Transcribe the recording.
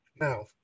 Now